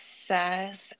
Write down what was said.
success